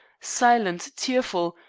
silent, tearful,